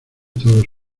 todos